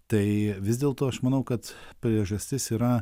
tai vis dėlto aš manau kad priežastis yra